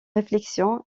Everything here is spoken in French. réflexion